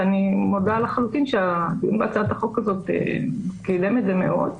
ואני מודה לחלוטין שהדיון בהצעת החוק הזאת קידם את זה מאוד,